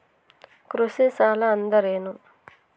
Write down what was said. ಕೃಷಿ ಸಾಲ ಅಂದರೇನು?